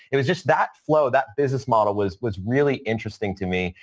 it was just that flow, that business model was was really interesting to me.